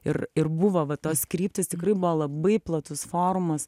ir ir buvo va tos kryptys tikrai buvo labai platus forumas